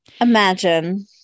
imagine